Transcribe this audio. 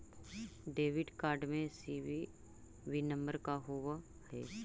Debit card CVV सी.वी.वी नंबर का होव हइ?